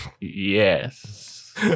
Yes